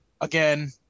again